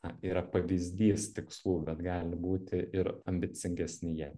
na yra pavyzdys tikslų bet gali būti ir ambicingesni jie